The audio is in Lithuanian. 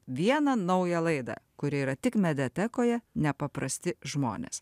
vieną naują laidą kuri yra tik mediatekoje nepaprasti žmonės